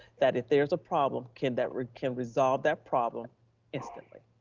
that if there's a problem, can that can resolve that problem instantly?